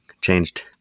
changed